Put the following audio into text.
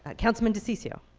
councilman diciccio.